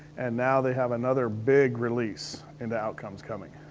and now they have another big release in the outcomes coming.